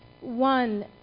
one